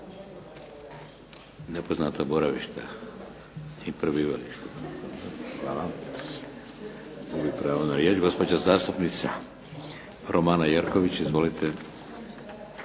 Nepoznato boravište i prebivalište. Gubi pravo na riječ. Gospođa zastupnica Romana Jerković. Izvolite.